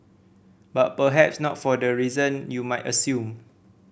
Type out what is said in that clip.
but perhaps not for the reasons you might assume